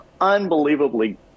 unbelievably